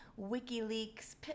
wikileaks